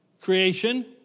Creation